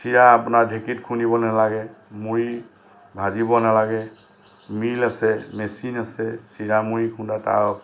চিৰা আপোনাৰ ঢেকীত খুন্দিব নেলাগে মুড়ী ভাজিব নেলাগে মিল আছে মেচিন আছে চিৰা মুড়ী খুন্দা তাৰ